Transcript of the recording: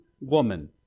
woman